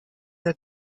der